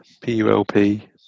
P-U-L-P